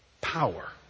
power